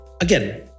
again